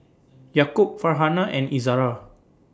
Yaakob Farhanah and Izara